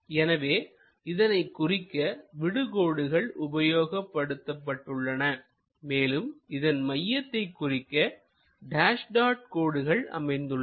எனவே இதனை குறிக்க விடு கோடுகள் உபயோகிக்கபட்டுள்ளன மேலும் இதன் மையத்தை குறிக்க டேஸ் டாட் கோகோடுகள் அமைந்துள்ளன